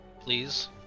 please